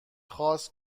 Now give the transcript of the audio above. خاص